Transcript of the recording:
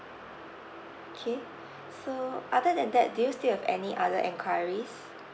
K so other than that do you still have any other enquiries